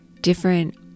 different